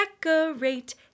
Decorate